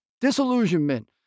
disillusionment